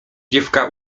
dziewka